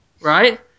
Right